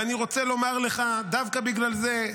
ואני רוצה לומר לך דווקא בגלל זה,